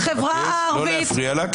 אני מבקש לא להפריע לה,